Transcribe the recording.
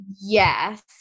Yes